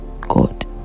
god